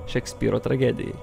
šekspyro tragedijai